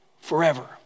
forever